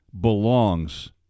belongs